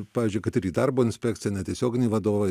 pavyzdžiui kad ir į darbo inspekciją ne tiesioginį vadovą